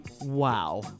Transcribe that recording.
Wow